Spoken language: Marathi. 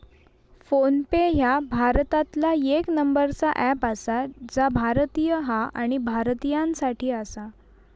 फोन पे ह्या भारतातला येक नंबरचा अँप आसा जा भारतीय हा आणि भारतीयांसाठी आसा